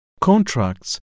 Contracts